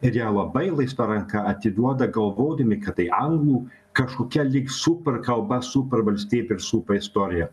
ir ją labai laisva ranka atiduoda galvodami kad tai anglų kažkokia lyg super kalba supervalstybė ir super istorija